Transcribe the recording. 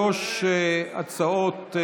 לפנינו שלוש הצעות,